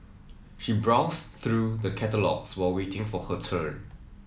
she browsed through the catalogues while waiting for her turn